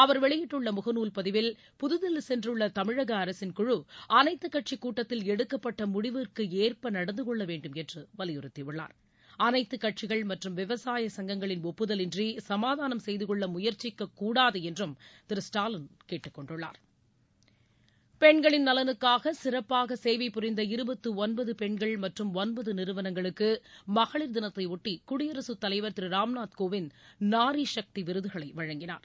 அவர் வெளியிட்டுள்ள முகநால் பதிவில் புதுதில்லி சென்றுள்ள தமிழக அரசு குழு அனைத்து கட்சி கூட்டத்தில் எடுக்கப்பட்ட முடிவுக்கு ஏற்ப நடந்துகொள்ள வேண்டும் என்று வலியுறுத்தி உள்ளார் அனைத்து கட்சிகள் மற்றும் விவசாய சங்கங்களின் ஒப்புதல் இன்றி சமாதானம் செய்துகொள்ள முயற்சிக்க கூடாது என்று திரு ஸ்டாலின் கேட்டுக்கொண்டுள்ளார் பெண்களின் நலனுக்காக பெண்கள் நிறுவனங்களுக்கு மகளிர் தினத்தைபொட்டி குடியரசு தலைவர் திரு ராம்நாத் கோவிந்த நாரிசக்தி விருதுகளை வழங்கினார்